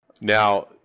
Now